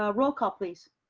ah roll call please.